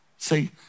See